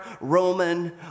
Roman